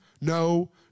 No